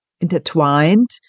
intertwined